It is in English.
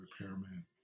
repairman